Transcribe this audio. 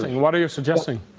what are you suggesting?